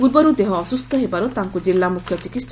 ପୂର୍ବରୁ ଦେହ ଅସୁସ୍ଥ ହେବାରୁ ତାଙ୍କୁ ଜିଲା ମୁଖ୍ୟ ଚିକିସ୍